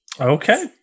Okay